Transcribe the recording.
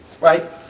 Right